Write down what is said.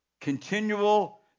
Continual